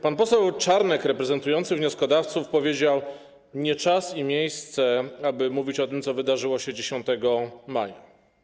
Pan poseł Czarnek reprezentujący wnioskodawców powiedział: Nie czas i nie miejsce, aby mówić o tym, co wydarzyło się 10 maja.